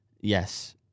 Yes